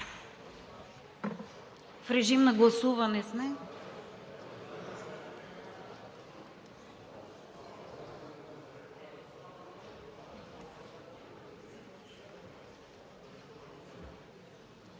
В режим на гласуване сме.